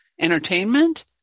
Entertainment